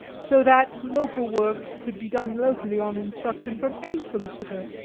so that local work could be done locally on instruction from any solicitor,